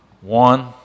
one